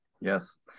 Yes